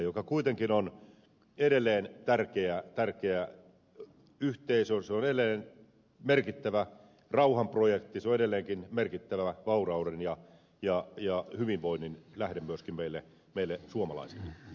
se kuitenkin on edelleen tärkeä yhteisö se on edelleen merkittävä rauhanprojekti se on edelleenkin merkittävä vaurauden ja hyvinvoinnin lähde myöskin meille suomalaisille